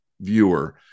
viewer